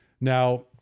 Now